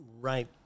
Right